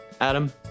Adam